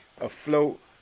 afloat